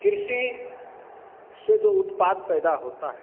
कृषि से जो उत्पाद पैदा होता है